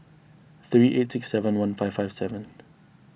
three eight six seven one five five seven